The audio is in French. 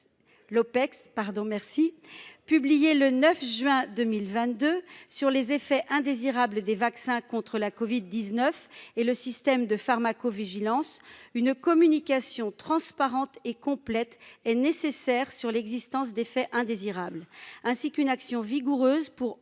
l'Opecst pardon, merci, publié le 9 juin 2022 sur les effets indésirables des vaccins contre la Covid 19 et le système de pharmacovigilance une communication transparente et complète est nécessaire sur l'existence d'effets indésirables, ainsi qu'une action vigoureuse pour